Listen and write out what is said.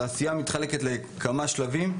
העשייה מתחלקת לכמה שלבים,